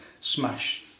smash